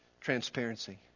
transparency